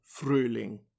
Frühling